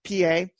PA